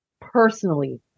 personally